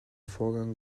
vorgang